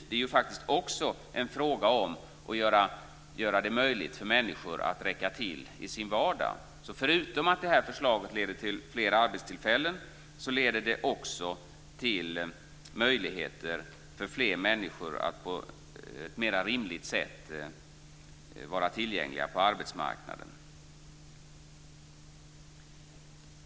Det är faktiskt också en fråga om att göra det möjligt för människor att räcka till i sin vardag. Förutom att förslaget leder till fler arbetstillfällen leder det till möjligheter för fler människor att på ett mer rimligt sätt vara tillgängliga på arbetsmarknaden.